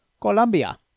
Colombia